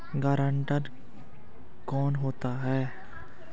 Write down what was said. Guarantor कौन होता है?